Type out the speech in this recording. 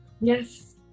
Yes